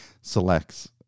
selects